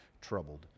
troubled